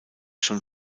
schon